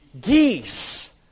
geese